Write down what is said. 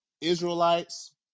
Israelites